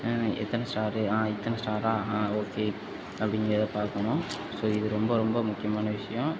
எத்தனை ஸ்டாரு இத்தனை ஸ்டாரா ஓகே அப்படிங்கிறத பார்க்கணும் ஸோ இது ரொம்ப ரொம்ப முக்கியமான விஷயம்